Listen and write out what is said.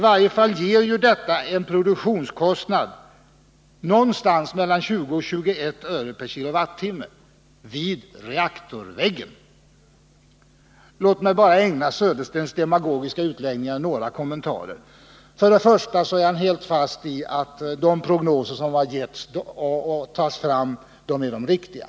I varje fall innebär detta en produktionskostnad på mellan 20 och 21 öre/kWh vid reaktorväggen. Låt mig sedan ägna Bo Söderstens demagogiska utläggningar några kommentarer. För det första är han helt övertygad om att de prognoser som har gjorts är de riktiga.